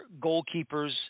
goalkeepers